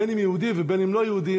בין יהודי ובין לא יהודי.